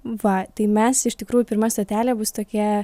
va tai mes iš tikrųjų pirma stotelė bus tokia